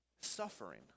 suffering